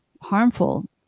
harmful